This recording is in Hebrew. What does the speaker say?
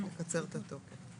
לקצר את התוקף.